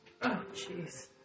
jeez